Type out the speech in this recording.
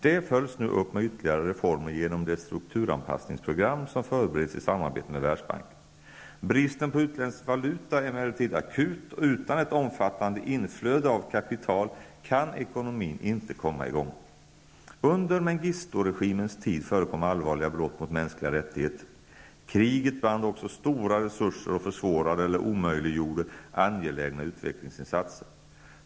Det följs nu upp med ytterligare reformer genom det strukturanpassningsprogram som förbereds i samarbete med Världsbanken. Bristen på utländsk valuta är emellertid akut, och utan ett omfattande inflöde av kapital kan ekonomin inte komma i gång. Under Mengistu-regimens tid förekom allvarliga brott mot mänskliga rättigheter. Kriget band också stora resurser och försvårade eller omöjliggjorde angelägna utvecklingsinsatser.